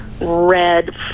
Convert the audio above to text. red